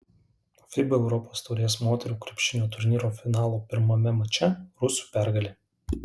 fiba europos taurės moterų krepšinio turnyro finalo pirmame mače rusių pergalė